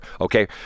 Okay